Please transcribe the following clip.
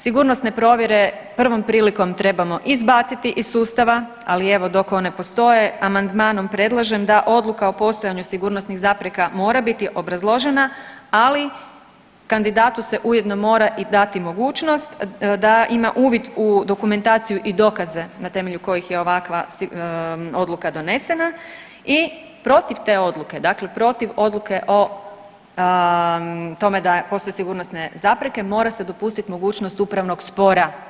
Sigurnosne provjere prvom prilikom trebamo izbaciti iz sustava, ali evo dok one postoje amandmanom predlažem da odluka o postojanju sigurnosnih zapreka mora biti obrazložena ali kandidatu se ujedno mora i dati mogućnost da ima uvid u dokumentaciju i dokaze na temelju kojih je ovakva odluka donesena i protiv te odluke, dakle protiv odluke o tome da postoje sigurnosne zapreke mora se dopustiti mogućnost upravnog spora.